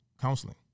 counseling